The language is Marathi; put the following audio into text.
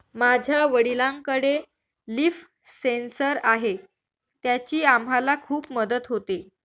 माझ्या वडिलांकडे लिफ सेन्सर आहे त्याची आम्हाला खूप मदत होते